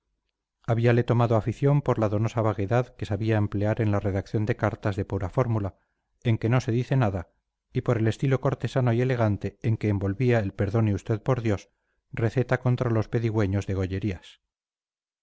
despacho habíale tomado afición por la donosa vaguedad que sabía emplear en la redacción de cartas de pura fórmula en que no se dice nada y por el estilo cortesano y elegante en que envolvía el perdone usted por dios receta contra los pedigüeños de gollerías